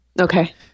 Okay